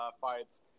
fights